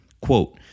Quote